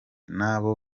n’abo